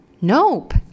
Nope